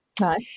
nice